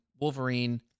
Wolverine